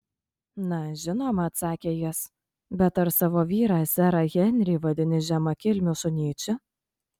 na žinoma atsakė jis bet ar savo vyrą serą henrį vadini žemakilmiu šunyčiu